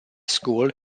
school